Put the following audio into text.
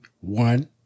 one